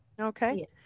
Okay